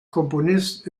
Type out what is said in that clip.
komponist